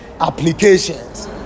applications